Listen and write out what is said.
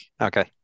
Okay